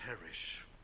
perish